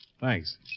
Thanks